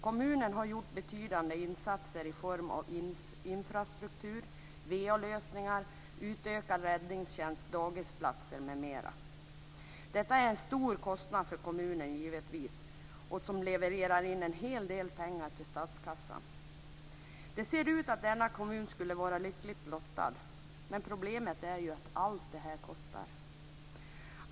Kommunen har gjort betydande insatser i form av infrastruktur, VA-lösningar, utökad räddningstjänst, dagisplatser m.m. Detta är givetvis en stor kostnad för kommunen, samtidigt som en hel del pengar levereras in till statskassan. Det ser ut som om denna kommun skulle vara lyckligt lottad. Men problemet är att allt detta kostar.